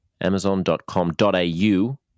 Amazon.com.au